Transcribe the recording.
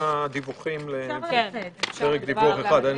4 נמנעים,